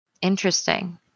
Interesting